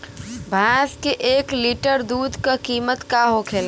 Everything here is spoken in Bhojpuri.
भैंस के एक लीटर दूध का कीमत का होखेला?